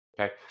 okay